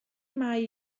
mahai